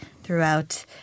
throughout